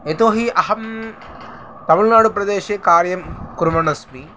यतो हि अहं तमिळ्नाडुप्रदेशे कार्यं कुर्वन् अस्मि